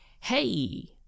Hey